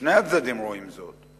שני הצדדים רואים זאת,